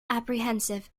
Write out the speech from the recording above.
apprehensive